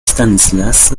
stanislas